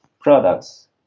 products